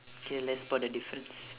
okay let's spot the difference